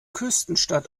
küstenstadt